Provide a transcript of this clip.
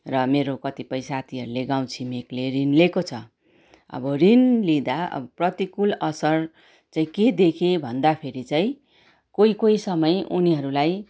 र मेरो कतिपय साथीहरूले गाउँ छिमेकले ऋण लिएको छ अब ऋण लिँदा अब प्रतिकुल असर चै के देखेँ भन्दाखेरि चाहिँ कोही कोही समय उनीहरूलाई